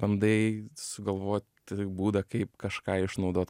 bandai sugalvot būdą kaip kažką išnaudot